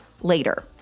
later